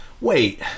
wait